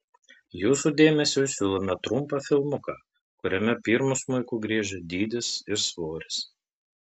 jūsų dėmesiui siūlome trumpą filmuką kuriame pirmu smuiku griežia dydis ir svoris